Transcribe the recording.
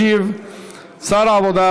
ישיב שר העבודה,